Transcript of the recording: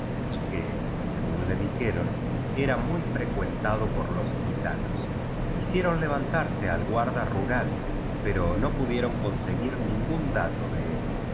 y que según le di jeron era muy frecuentado por los gitanos hicieron levantarse al guarda rural pero no pudieron conseguir ningún dato de